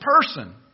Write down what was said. person